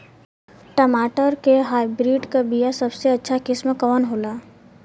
टमाटर के हाइब्रिड क बीया सबसे अच्छा किस्म कवन होला?